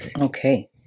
Okay